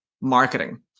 marketing